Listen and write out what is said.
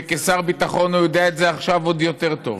וכשר הביטחון הוא יודע את זה עכשיו עוד יותר טוב,